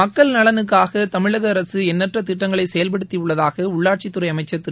மக்கள் நலனுக்காக தமிழக அரசு எண்ணற்ற திட்டங்களை செயல்படுத்தி உள்ளதாக உள்ளாட்சித்துறை அமைச்சர் திரு